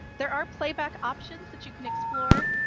there are playback options that you can explore,